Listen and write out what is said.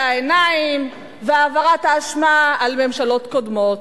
העיניים והעברת האשמה אל ממשלות קודמות,